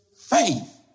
faith